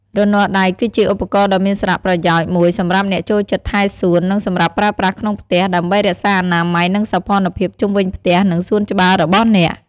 រនាស់ដៃគឺជាឧបករណ៍ដ៏មានសារៈប្រយោជន៍មួយសម្រាប់អ្នកចូលចិត្តថែសួន និងសម្រាប់ប្រើប្រាស់ក្នុងផ្ទះ ដើម្បីរក្សាអនាម័យ និងសោភ័ណភាពជុំវិញផ្ទះ និងសួនច្បាររបស់អ្នក។